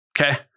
Okay